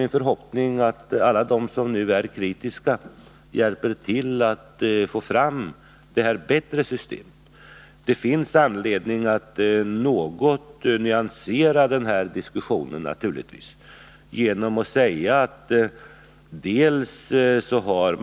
Min förhoppning är att alla de som nu är kritiska då hjälper till att få fram detta bättre system. Det finns naturligtvis anledning att något nyansera diskussionen om att pengarna går till fel jordbrukare.